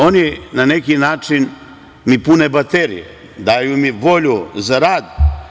Oni na neki način mi pune baterije, daju mi volju za rad.